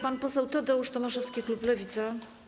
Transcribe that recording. Pan poseł Tadeusz Tomaszewski, klub Lewica.